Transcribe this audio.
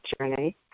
journey